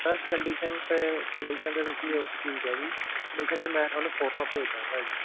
sir condition ਅਤੇ condition ਅਤੇ ਤੁਸੀਂ ਠੀਕ ਹੈ ਜੀ ਕੰਡੀਸ਼ਨ ਮੈਂ ਤੁਹਾਨੂੰ ਫੋਟੋਆਂ ਭੇਜ ਦਾਂਗਾ ਜੀ